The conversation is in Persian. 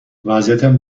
وضعیتم